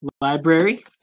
library